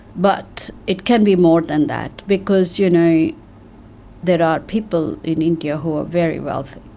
but it can be more than that because you know there are people in india who are very wealthy.